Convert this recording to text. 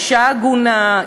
אישה עגונה,